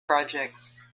projects